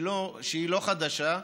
היא לא חדשה,